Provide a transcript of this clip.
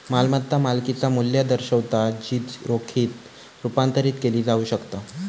मालमत्ता मालकिचा मू्ल्य दर्शवता जी रोखीत रुपांतरित केली जाऊ शकता